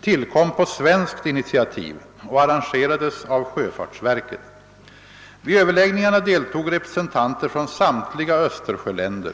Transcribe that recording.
tillkom på svenskt initiativ och arrangerades av sjöfartsverket. Vid överläggningarna deltog representanter från samtliga Ööstersjöländer.